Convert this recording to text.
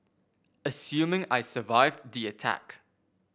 assuming I survived the attack